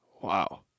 Wow